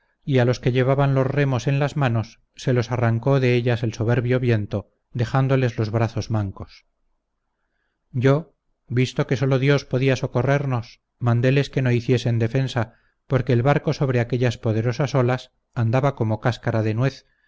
a los que llevaban los remos en las manos se los arrancó de ellas el soberbio viento dejándoles los brazos mancos yo visto que solo dios podía socorrernos mandéles que no hiciesen defensa porque el barco sobre aquellas poderosas olas andaba como cáscara de nuez